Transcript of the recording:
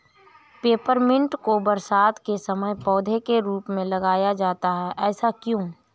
Peppermint को बरसात के समय पौधे के रूप में लगाया जाता है ऐसा क्यो?